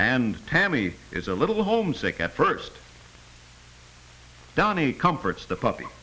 and tammy is a little homesick at first dani comforts the puppy